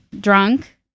drunk